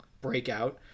breakout